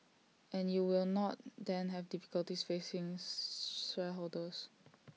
and you will not then have difficulties facing shareholders